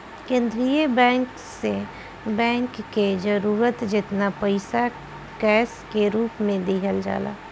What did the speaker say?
केंद्रीय बैंक से बैंक के जरूरत जेतना पईसा कैश के रूप में दिहल जाला